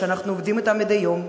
שאנחנו עובדים אתם מדי יום,